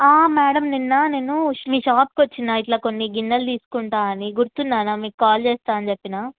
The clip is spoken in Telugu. మేడం నిన్న నేను మీ షాప్కి వచ్చిన ఇట్లా కొన్ని గిన్నెలు తీసుకుంటాను అని గుర్తున్నానా మీకు కాల్ చేస్తాను అని చెప్పిన